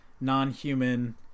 non-human